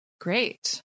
great